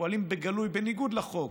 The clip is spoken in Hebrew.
שפועלים בגלוי, בניגוד לחוק,